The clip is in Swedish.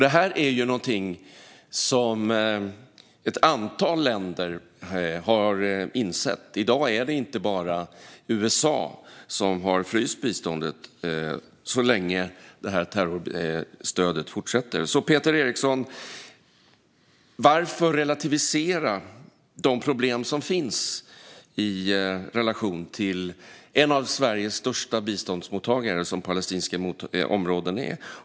Det här är något som ett antal länder har insett. I dag är det inte bara USA som har fryst biståndet så länge terrorstödet fortsätter. Peter Eriksson! Varför relativisera de problem som finns i relationen till en av Sveriges största biståndsmottagare, som de palestinska områdena är?